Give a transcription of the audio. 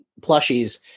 plushies